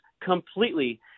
completely –